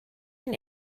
ein